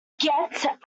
get